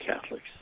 Catholics